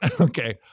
Okay